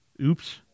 Oops